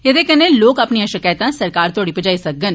एहदे कन्नै लोक अपनियां शकैतां सरकारा तोड़ी पुजाई सकगन